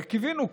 קיווינו,